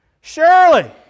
Surely